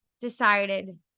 decided